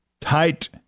tight